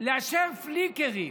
לאשר פליקרים.